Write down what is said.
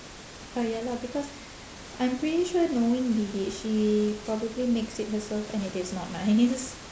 ah ya lah because I'm pretty sure knowing bibik she probably makes it herself and it is not nice